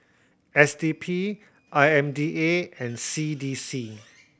S D P I M D A and C D C